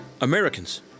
Americans